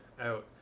out